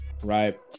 Right